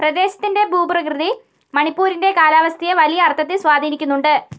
പ്രദേശത്തിൻ്റെ ഭൂപ്രകൃതി മണിപ്പൂരിൻ്റെ കാലാവസ്ഥയെ വലിയ അർത്ഥത്തിൽ സ്വാധീനിക്കുന്നുണ്ട്